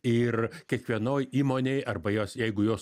ir kiekvienoj įmonėj arba jos jeigu jos